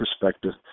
perspective